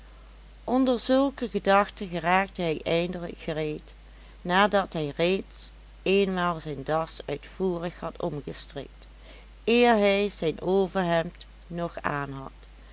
onder zulke gedachten geraakte hij eindelijk gereed nadat hij reeds eenmaal zijn das uitvoerig had omgestrikt eer hij zijn overhemd nog aanhad